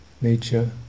nature